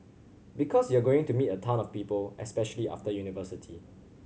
because you're going to meet a ton of people especially after university